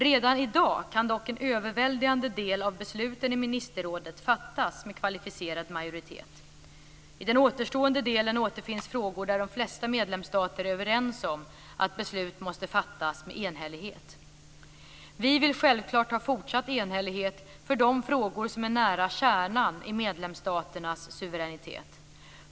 Redan i dag kan dock en överväldigande del av besluten i ministerrådet fattas med kvalificerad majoritet. I den återstående delen återfinns frågor där de flesta medlemsstater är överens om att beslut måste fattas med enhällighet. Vi vill självklart ha fortsatt enhällighet för de frågor som är nära kärnan i medlemsstaternas suveränitet.